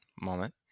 moment